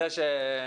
בבקשה.